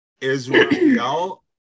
Israel